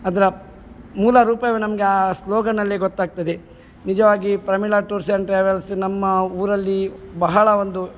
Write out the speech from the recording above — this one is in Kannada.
ಅದರ ಮೂಲ ರೂಪವೇ ನಮಗೆ ಆ ಸ್ಲೋಗನಲ್ಲೇ ಗೊತ್ತಾಗ್ತದೆ ನಿಜವಾಗಿ ಪ್ರಮಿಳಾ ಟೂರ್ಸ್ ಆ್ಯಂಡ್ ಟ್ರಾವೆಲ್ಸ್ ನಮ್ಮ ಊರಲ್ಲಿ ಬಹಳ ಒಂದು